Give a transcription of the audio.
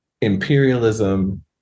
imperialism